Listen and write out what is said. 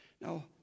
Now